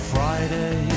Friday